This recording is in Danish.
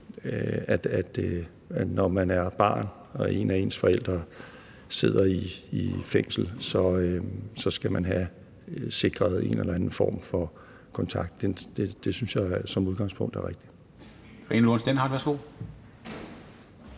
at når man er barn og en af ens forældre sidder i fængsel, så skal man have sikret en eller anden form for kontakt, synes jeg som udgangspunkt er rigtig.